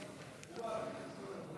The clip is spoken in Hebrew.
(תיקון מס' 210) (הקדמת המועד לתשלום גמלה),